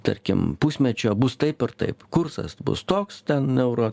tarkim pusmečio bus taip ir taip kursas bus toks ten euro